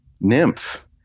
nymph